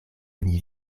oni